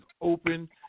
open